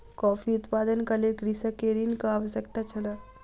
coffee उत्पादनक लेल कृषक के ऋणक आवश्यकता छल